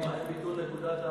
רק ביטול נקודת הטבת המס.